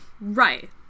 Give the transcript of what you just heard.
Right